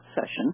session